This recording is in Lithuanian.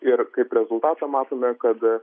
ir kaip rezultatą matome kad